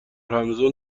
رمضون